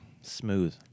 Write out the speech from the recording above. Smooth